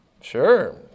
Sure